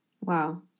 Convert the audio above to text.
Wow